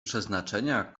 przeznaczenia